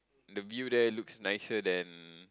the view there looks nicer than